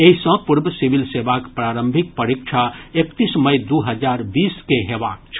एहि सॅ पूर्व सिविल सेवाक प्रारंभिक परीक्षा एकतीस मई दू हजार बीस के हेबाक छल